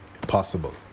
possible